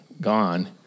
gone